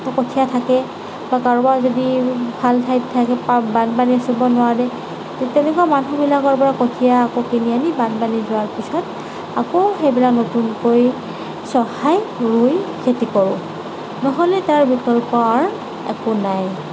কঠীয়া থাকে বা কাৰোবাৰ যদি ভাল ঠাইত থাকে বা বানপানীয়ে চুব নোৱাৰে তে তেনেকুৱা মানুহবিলাকৰ পৰা কঠীয়া আকৌ কিনি আনি বানপানী যোৱাৰ পিছত আকৌ সেইবিলাক নতুনকৈ চহাই ৰুই খেতি কৰোঁ নহ'লে তাৰ বিকল্প আৰু একো নাই